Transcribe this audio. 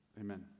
amen